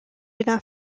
enough